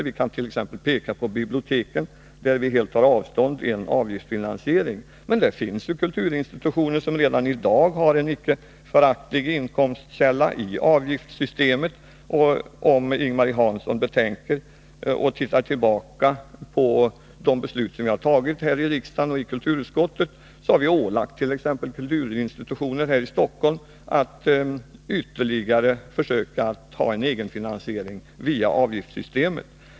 Vi kan t.ex. peka på biblioteken, där vi helt tar avstånd från en avgiftsfinansiering. Men det finns kulturinstitutioner som redan i dag har en icke föraktlig inkomstkälla i avgiftssystemet. Och om Ing-Marie Hansson betänker och ser tillbaka på beslut som vi har fattat i kulturutskottet och här i riksdagen, finner hon att vi har ålagt t.ex. kulturinstitutioner här i Stockholm att ytterligare försöka ta en egen finansiering via avgiftssystemet.